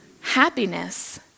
Happiness